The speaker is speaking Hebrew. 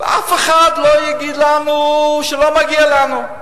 ואף אחד לא יגיד לנו שלא מגיע לנו.